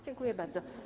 Dziękuję bardzo.